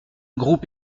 groupe